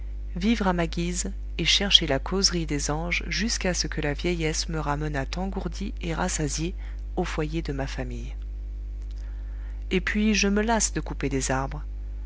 vivre à ma guise et chercher la causerie des anges jusqu'à ce que la vieillesse me ramenât engourdi et rassasié au foyer de ma famille et puis je me lasse de couper des arbres